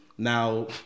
Now